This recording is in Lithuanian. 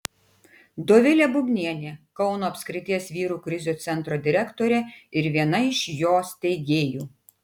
dovilė bubnienė kauno apskrities vyrų krizių centro direktorė ir viena iš jo steigėjų